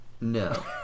No